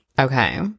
Okay